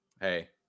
hey